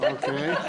אוקיי.